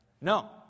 No